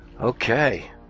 Okay